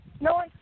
No